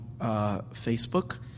Facebook